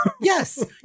Yes